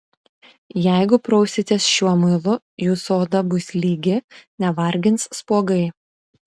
jeigu prausitės šiuo muilu jūsų oda bus lygi nevargins spuogai